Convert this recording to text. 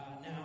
Now